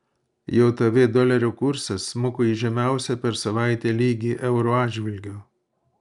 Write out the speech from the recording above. jav dolerio kursas smuko į žemiausią per savaitę lygį euro atžvilgiu